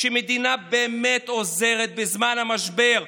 שהמדינה באמת עוזרת בזמן המשבר.